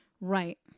Right